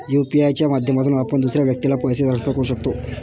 UPI च्या माध्यमातून आपण दुसऱ्या व्यक्तीला पैसे ट्रान्सफर करू शकतो